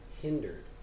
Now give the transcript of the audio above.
Hindered